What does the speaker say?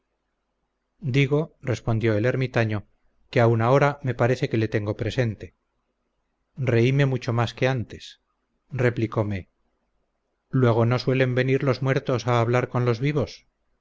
digo respondió el ermitaño que aun ahora me parece que le tengo presente reime mucho más que antes replicome luego no suelen venir los muertos a hablar con los vivos